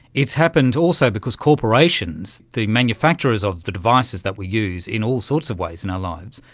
it's happened also because corporations, the manufacturers of the devices that we use in all sorts of ways in our lives,